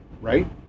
Right